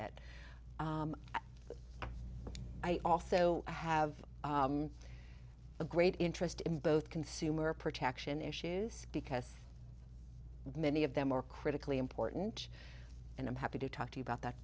it i also i have a great interest in both consumer protection issues because many of them are critically important and i'm happy to talk to you about that